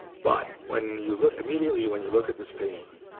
but when you look immediately, when you look at this painting,